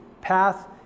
path